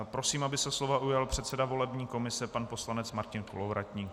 Prosím, aby se slova ujal předseda volební komise pan poslanec Martin Kolovratník.